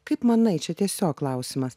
kaip manai čia tiesiog klausimas